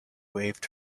waved